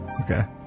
Okay